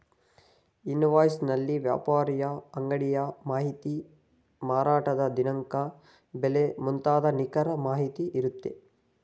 invoice ನಲ್ಲಿ ವ್ಯಾಪಾರಿಯ ಅಂಗಡಿಯ ಮಾಹಿತಿ, ಮಾರಾಟದ ದಿನಾಂಕ, ಬೆಲೆ ಮುಂತಾದ ನಿಖರ ಮಾಹಿತಿ ಇರುತ್ತೆ